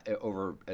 over